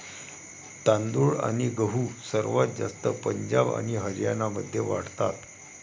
तांदूळ आणि गहू सर्वात जास्त पंजाब आणि हरियाणामध्ये वाढतात